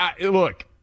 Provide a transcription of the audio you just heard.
look